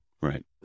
Right